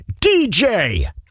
DJ